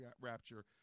rapture